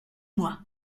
mois